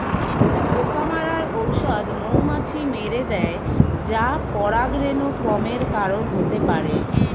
পোকা মারার ঔষধ মৌমাছি মেরে দ্যায় যা পরাগরেণু কমের কারণ হতে পারে